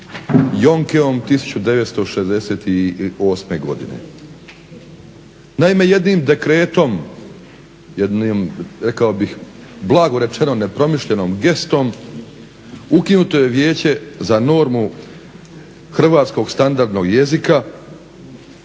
Jonkeom 1968. godine? Naime, jednim dekretom, jednim rekao bih blago rečeno nepromišljenom gestom ukinuto je Vijeće za normu hrvatskog standardnog jezika.